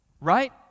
Right